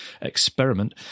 experiment